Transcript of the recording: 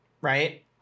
right